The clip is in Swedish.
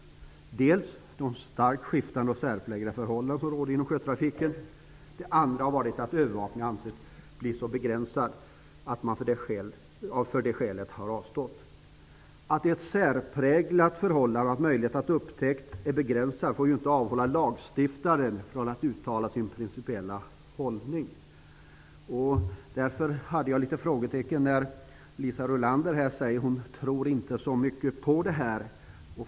Den ena har varit de starkt skiftande och särpräglade förhållanden som råder inom sjötrafiken. Den andra har varit att övervakningen ansetts bli så begränsad att man av det skälet har avstått. Att det är ett särpräglat förhållande och att möjligheten till upptäckt är begränsad får ju inte avhålla lagstiftaren från att uttala sin principiella hållning. Därför dök det upp några frågetecken när Liisa Rulander sade att hon inte tror så mycket på det här.